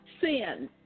sin